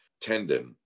tendon